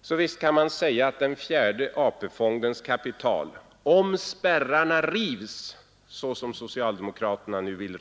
Så visst kan man säga att den fjärde AP-fondens kapital, om spärrarna rivs såsom socialdemokraterna nu vill,